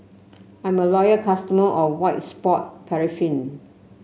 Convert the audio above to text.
I'm a loyal customer of White Soft Paraffin